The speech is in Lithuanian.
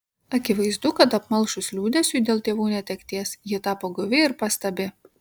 akivaizdu kad apmalšus liūdesiui dėl tėvų netekties ji tapo guvi ir pastabi